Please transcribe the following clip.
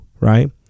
right